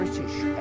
British